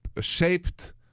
shaped